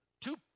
two